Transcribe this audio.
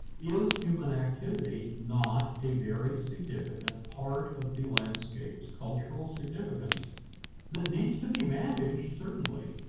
is human activity not a very significant part of the landscape's cultural significance that needs to be managed? certainly!